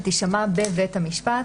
שתישמע בבית המשפט,